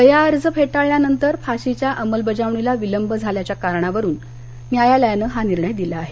दया अर्ज फेटाळल्यानंतर फाशीच्या अंमलबजावणीला विलंब झाल्याच्या कारणावरून न्यायालयानं हा निर्णय दिला आहे